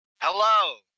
Hello